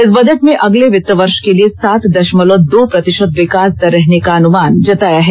इस बजट में अगले वित्त वर्ष के लिए सात दशमलव दो प्रतिशत विकास दर रहने का अनुमान जताया है